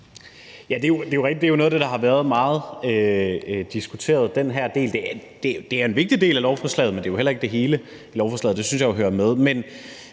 del er noget af det, der har været diskuteret meget. Det er en vigtig del af lovforslaget, men det er jo heller ikke hele lovforslaget – det synes jeg jo hører med.